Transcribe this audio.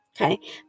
Okay